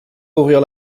ouvrir